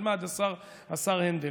השר הנדל,